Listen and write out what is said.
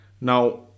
Now